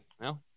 No